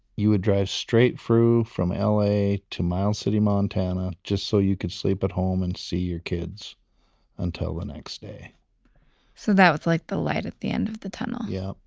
you would drive straight through from l a. to miles city montana just so you could sleep at home and see your kids until the next day so that was like the light at the end of the tunnel. yup.